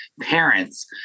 parents